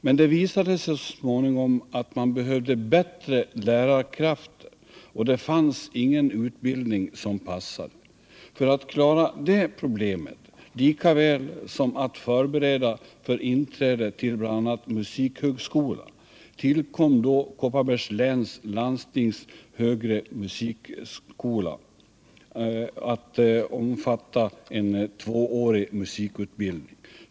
Men det visade sig så småningom att man behövde bättre lärarkrafter, och det fanns ingen utbildning som passade. För att klara det problemet lika väl som att förbereda för inträde till bl.a. musikhögskola tillkom då Kopparbergs läns landstings högre musikskola, omfattande en tvåårig musikutbildning.